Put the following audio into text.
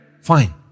fine